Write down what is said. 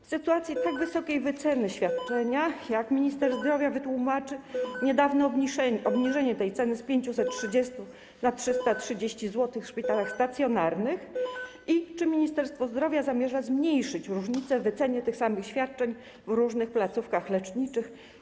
W sytuacji tak wysokiej wyceny świadczenia, jak minister zdrowia wytłumaczy niedawne obniżenie tej wyceny z 530 zł do 330 zł w szpitalach stacjonarnych i czy Ministerstwo Zdrowia zamierza zmniejszyć różnicę w wycenie tych samych świadczeń w różnych placówkach leczniczych?